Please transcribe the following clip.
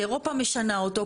שאירופה משנה אותו,